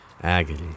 Agony